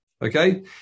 Okay